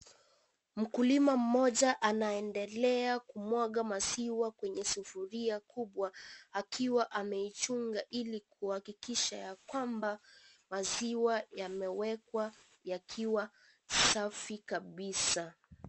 Mkulima mmoja anaendelea kumwaga maziwa kwenye sufuria mkubwa akiwa ameichunga Ili kuhakikisha ya kwamba maziwa yamewekwa yakiwa safi kabisa.